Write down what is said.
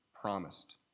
promised